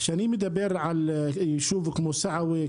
כשאני מדבר על יישוב כמו סעווה,